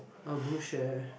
oh do share